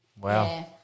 wow